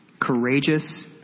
courageous